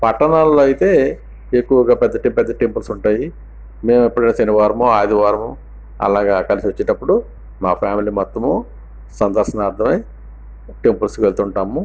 పట్టణాల్లో అయితే ఎక్కువగా పెద్దపెద్ద టెంపుల్స్ ఉంటాయి మేము ఎప్పుడైనా శనివారము ఆదివారము అలాగా కలిసి వచ్చేటప్పుడు మా ఫ్యామిలీ మొత్తము సందర్శనార్థమై టెంపుల్స్కి వెళ్తూ ఉంటాము